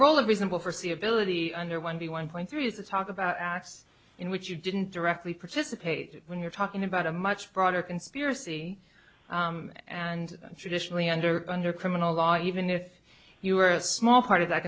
role of reasonable for c ability under one b one point three is the talk about acts in which you didn't directly participate when you're talking about a much broader conspiracy and traditionally under under criminal law even if you were a small part of that